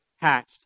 hatched